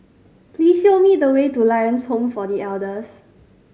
please show me the way to Lions Home for The Elders